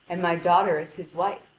and my daughter as his wife.